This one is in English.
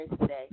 today